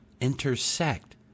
intersect